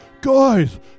guys